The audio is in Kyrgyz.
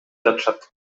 жатышат